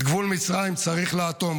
את גבול מצרים צריך לאטום.